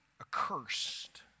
accursed